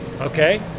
Okay